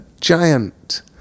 giant